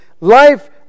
Life